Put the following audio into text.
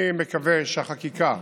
אני מקווה שהחקיקה